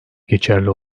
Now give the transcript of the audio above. geçerli